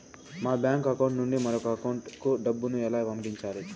మా bank account నుండి మరొక అకౌంట్ కు డబ్బును ఎలా పంపించాలి